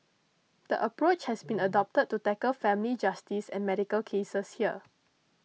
the approach has been adopted to tackle family justice and medical cases here